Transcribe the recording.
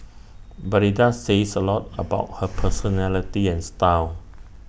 but IT does says A lot about her personality and style